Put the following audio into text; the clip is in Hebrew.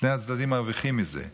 שני הצדדים מרוויחים מזה.